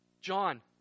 John